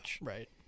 Right